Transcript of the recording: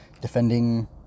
defending